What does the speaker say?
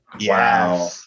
Wow